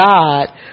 God